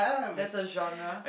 that's a genre